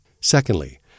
Secondly